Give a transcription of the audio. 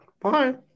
Bye